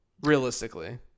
realistically